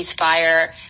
ceasefire